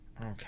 Okay